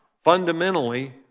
fundamentally